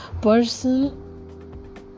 person